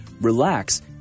relax